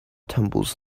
tumbles